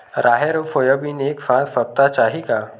राहेर अउ सोयाबीन एक साथ सप्ता चाही का?